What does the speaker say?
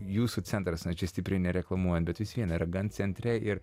jūsų centras na čia stipriai nereklamuojant bet vis vien ar gan centre ir